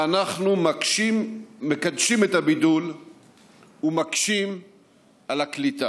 אנחנו מקדשים את הבידול ומקשים את הקליטה.